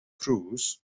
cruise